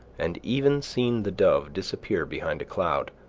and even seen the dove disappear behind a cloud,